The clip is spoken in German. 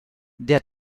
der